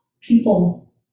People